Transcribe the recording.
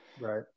Right